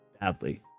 Badly